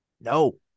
No